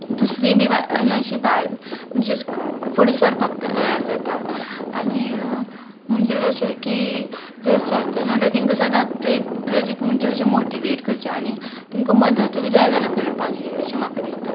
दुसरीय बी बायलां अशी भायर म्हणजे फुडें सरपाक तयार जाता आनी म्हणजे अशें की जर सरता जाल्यार तिंका सदांच प्रे प्रेरीत म्हणजे अशे मोटिवेट करचें आनी तिंका मदतूय जाय जाल्या करपाची अशें म्हाका दिसता